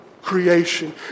creation